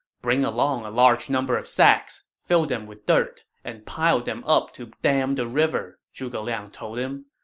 bring along a large number of sacks, fill them with dirt, and pile them up to dam the river, zhuge liang told him.